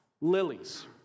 lilies